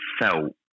felt